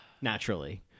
naturally